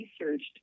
researched